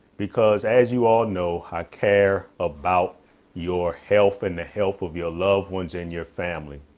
because as you all know, how care about your health and the health of your loved ones in your family,